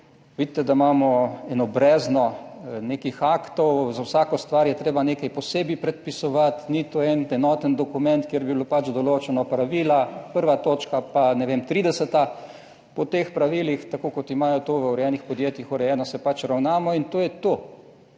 vidite, da imamo eno brezno nekih aktov, za vsako stvar je treba nekaj posebej predpisovati, ni to en enoten dokument, kjer bi bilo pač določena pravila, prva točka, pa ne vem, trideseta. Po teh pravilih, tako kot imajo to v urejenih podjetjih urejeno, se pač ravnamo in to je to.